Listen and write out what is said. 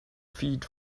feed